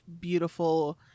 beautiful